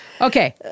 Okay